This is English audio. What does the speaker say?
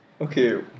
Okay